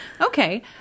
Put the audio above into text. okay